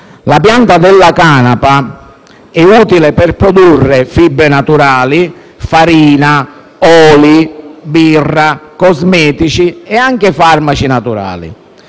La pianta della canapa è utile per produrre fibre naturali, farina, oli, birra, cosmetici e farmaci naturali.